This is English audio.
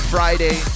Friday